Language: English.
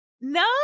No